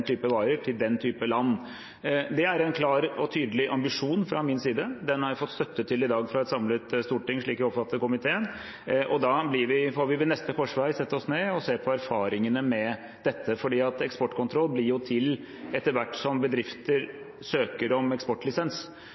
type varer til den type land. Det er en klar og tydelig ambisjon fra min side. Den har jeg i dag fått støtte til fra et samlet storting, slik jeg oppfatter komiteen. Så får vi ved neste korsvei sette oss ned og se på erfaringene med dette. Eksportkontroll blir jo til etter hvert som bedrifter søker om eksportlisens.